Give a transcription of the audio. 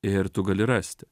ir tu gali rasti